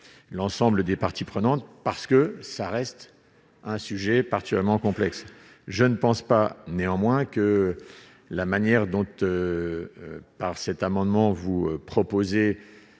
l'ensemble des parties prenantes, parce que ça reste un sujet particulièrement complexe, je ne pense pas, néanmoins, que la manière dont eux par cet amendement, vous proposez